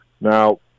now